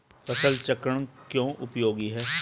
फसल चक्रण क्यों उपयोगी है?